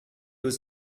was